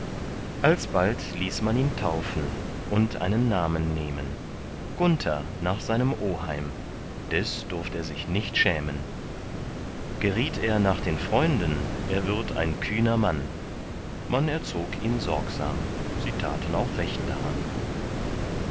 alsbald ließ man ihn taufen und einen namen nehmen gunther nach seinem oheim des durft er sich nicht schämen geriet er nach den freunden er würd ein kühner mann man erzog ihn sorgsam sie taten auch recht daran